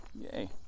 Yay